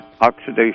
oxidation